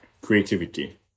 creativity